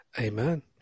Amen